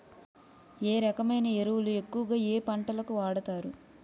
ఏ రకమైన ఎరువులు ఎక్కువుగా ఏ పంటలకు వాడతారు?